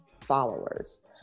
followers